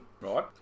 Right